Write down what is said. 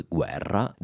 Guerra